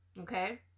okay